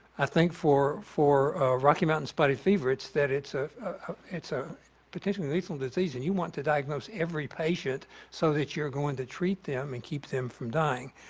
i think for for rocky mountain spotted fever, it's that it's ah a so potentially lethal disease and you want to diagnose every patient so that you're going to treat them and keep them from dying.